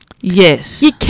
Yes